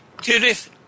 Judith